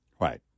Right